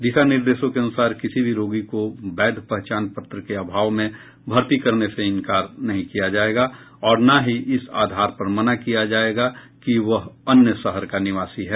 दिशा निर्देश को अनुसार किसी भी रोगी को वैध पहचान पत्र के अभाव में भर्ती करने से इंकार नहीं किया जाएगा और ना ही इस आधार पर मना किया जाएगा कि वह अन्य शहर का निवासी है